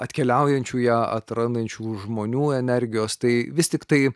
atkeliaujančių ją atrandančių žmonių energijos tai vis tiktai